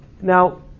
Now